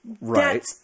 Right